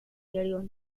diario